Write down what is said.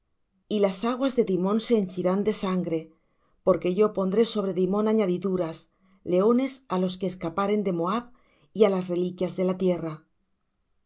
y las aguas de dimón se henchirán de sangre porque yo pondré sobre dimón añadiduras leones á los que escaparen de moab y á las reliquias de la tierra